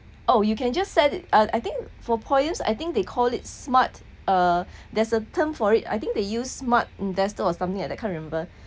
oh you can send I think for POEMS I think they call it smart uh there's a term for it I think they use smart investor or something like that can't remember